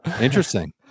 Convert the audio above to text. Interesting